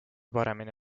paremini